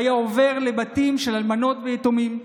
והיה עובר לבתים של אלמנות ויתומים.